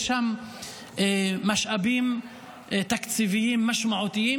יש שם משאבים תקציביים משמעותיים,